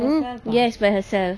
mm yes by herself